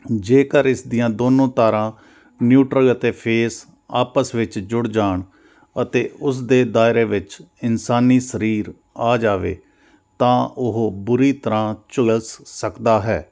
ਜੇਕਰ ਇਸ ਦੀਆਂ ਦੋਨੋਂ ਤਾਰਾਂ ਨਿਊਟਰਲ ਅਤੇ ਫੇਸ ਆਪਸ ਵਿੱਚ ਜੁੜ ਜਾਣ ਅਤੇ ਉਸਦੇ ਦਾਇਰੇ ਵਿੱਚ ਇਨਸਾਨੀ ਸਰੀਰ ਆ ਜਾਵੇ ਤਾਂ ਉਹ ਬੁਰੀ ਤਰ੍ਹਾਂ ਝੁਲਸ ਸਕਦਾ ਹੈ